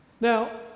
Now